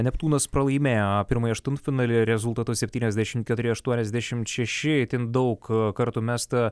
neptūnas pralaimėjo pirmąjį aštuntfinalyje rezultatu septyniasdešimt keturi aštuoniasdešimt šeši itin daug kartų mesta